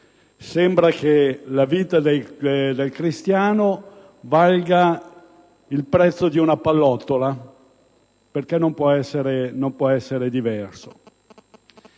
Sembra che la vita del cristiano valga il prezzo di una pallottola, perché non può essere diversamente.